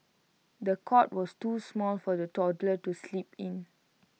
the cot was too small for the toddler to sleep in